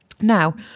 Now